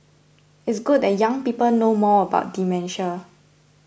it's good that young people know more about dementia